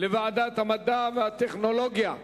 לוועדת המדע והטכנולוגיה נתקבלה.